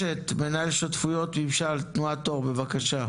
מנהל שותפויות ממשל תנועת אור בבקשה.